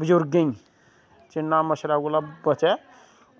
बजुर्गेंई जिन्ना मच्छरै कोला बचै